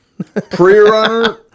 pre-runner